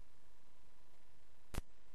,